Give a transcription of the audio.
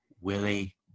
Willie